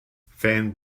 fan